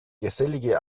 gesellige